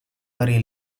varie